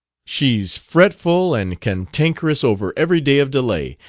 she's fretful and cantankerous over every day of delay,